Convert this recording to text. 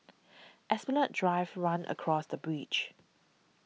Esplanade Drive runs across the bridge